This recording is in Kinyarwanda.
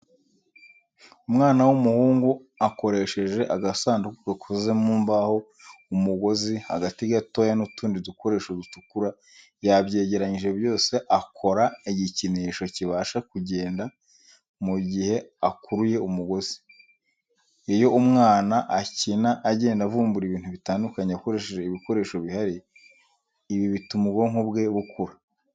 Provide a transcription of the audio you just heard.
Umwana w'umuhungu akoresheje agasanduku gakoze mu mbaho, umugozi, agati gatoya n'utundi dukoresho dutukura yabyegeranyije byose akora igikinisho kibasha kugenda mu gihe akuruye umugozi, iyo umwana akina agenda avumbura ibintu bitandukanye akoresheje ibikoresho bihari, ibi bituma ubwonko bwe bukura.